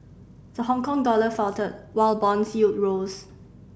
the Hongkong dollar faltered while bond yields rose